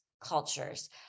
cultures